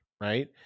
right